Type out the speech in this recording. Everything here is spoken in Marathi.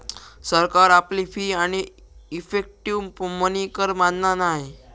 सरकार आपली फी आणि इफेक्टीव मनी कर मानना नाय